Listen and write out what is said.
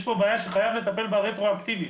יש בעיה שחייבים לטפל בה רטרואקטיבית.